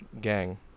Gang